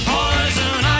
Poison